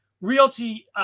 Realty